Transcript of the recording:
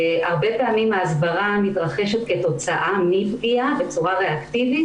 הרבה פעמים ההסברה מתרחשת כתוצאה מפגיעה בצורה ריאקטיבית